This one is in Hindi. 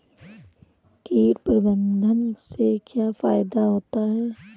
कीट प्रबंधन से क्या फायदा होता है?